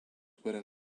were